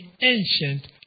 ancient